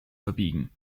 verbiegen